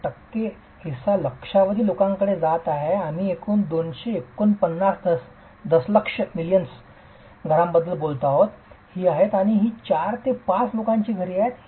7 टक्के हिस्सा लक्षावधी लोकांकडे जात आहे आम्ही एकूण 249 दशलक्ष घरांबद्दल बोलत आहोत ही आहेत ही 4 ते 5 लोकांची घरे आहेत